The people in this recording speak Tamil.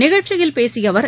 நிகழ்ச்சியில் பேசிய அவர்